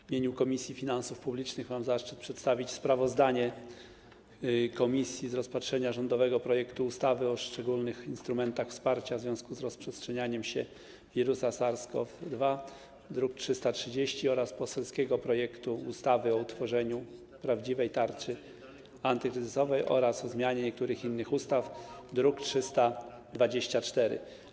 W imieniu Komisji Finansów Publicznych mam zaszczyt przedstawić sprawozdanie z rozpatrzenia rządowego projektu ustawy o szczególnych instrumentach wsparcia w związku z rozprzestrzenianiem się wirusa SARS-CoV-2, druk nr 330, oraz poselskiego projektu ustawy o utworzeniu prawdziwej Tarczy antykryzysowej oraz o zmianie niektórych innych ustaw, druk nr 324.